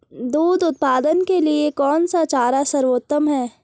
दूध उत्पादन के लिए कौन सा चारा सर्वोत्तम है?